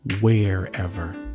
wherever